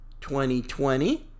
2020